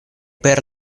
per